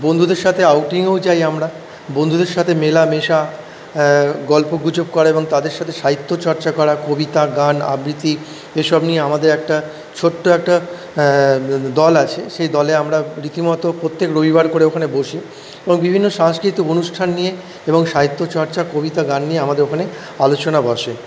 বন্ধুদের সাথে আউটিংও যাই আমরা বন্ধুদের সাথে মেলামেশা গল্পগুজব করা এবং তাদের সাথে সাহিত্য চর্চা করা কবিতা গান আবৃতি এইসব নিয়ে আমাদের একটা ছোট্ট একটা দল আছে সেই দলে আমরা রীতিমটো প্রত্যেক রবিবার করে ওখানে বসি এবং বিভিন্ন সাংস্কৃতিক অনুষ্ঠান নিয়ে এবং সাহিত্য চর্চা কবিতা গান নিয়ে আমাদের ওখানে আলোচনা বসে